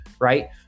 right